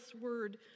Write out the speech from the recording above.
word